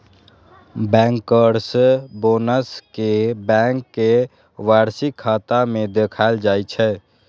bankers bonus कें bank के वार्षिक खाता मे देखाएल जाइ छै